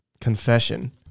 Confession